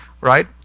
right